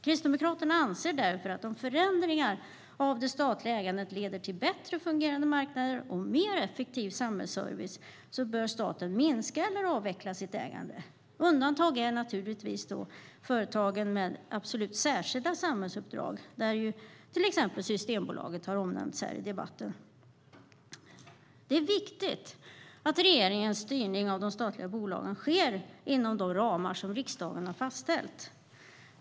Kristdemokraterna anser därför att om förändringar av det statliga ägandet leder till bättre fungerande marknader och mer effektiv samhällsservice bör staten minska eller avveckla sitt ägande. Undantag är företag med särskilda samhällsuppdrag. Ett exempel som nämnts i debatten är Systembolaget. Det är viktigt att regeringens styrning av de statliga bolagen sker inom de ramar som riksdagen fastställt.